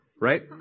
Right